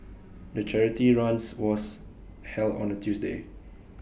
the charity runs was held on A Tuesday